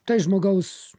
tai žmogaus